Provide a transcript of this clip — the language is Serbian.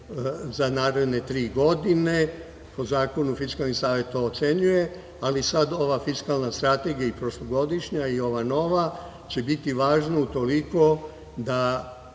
za naredne tri godine, po zakonu Fiskalni savet to ocenjuje, ali sada ova fiskalna strategija i prošlogodišnja i ova nova će biti važna utoliko da